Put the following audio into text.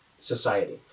society